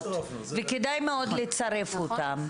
וכדאי מאוד לצרף אותם.